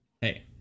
Hey